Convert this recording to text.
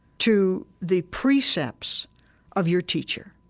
to the precepts of your teacher.